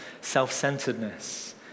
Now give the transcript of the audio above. self-centeredness